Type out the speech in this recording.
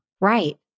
right